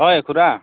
হয় খুৰা